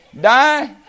die